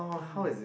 mm